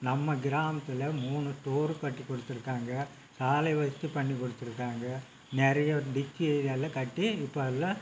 நம்ம கிராமத்தில் மூணு கட்டி கொடுத்துருக்காங்க சாலை வசதி பண்ணி கொடுத்துருக்காங்க நிறையா டிக்கி ஏரியாலாம் கட்டி இப்போ எல்லாம்